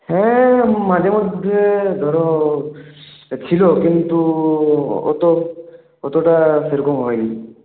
হ্যাঁ মাঝেমধ্যে ধরুন ছিল কিন্তু অত অতটা সেরকম হয়নি